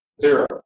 zero